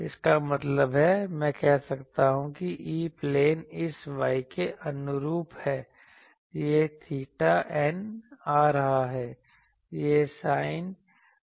इसका मतलब है मैं कह सकता हूं कि E प्लेन इस Y के अनुरूप है यह 𝚹n आ रहा है